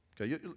Okay